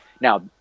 now